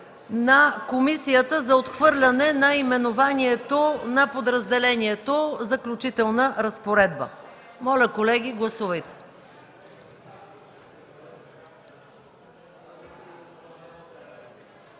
на комисията за отхвърляне наименованието на подразделението „Заключителна разпоредба”. Моля, колеги, гласувайте.